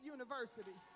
University